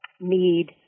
need